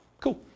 Cool